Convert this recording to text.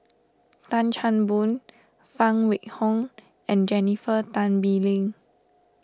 Tan Chan Boon Phan Wait Hong and Jennifer Tan Bee Leng